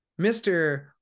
mr